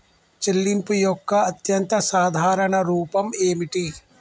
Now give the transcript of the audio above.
చెల్లింపు యొక్క అత్యంత సాధారణ రూపం ఏమిటి?